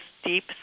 steep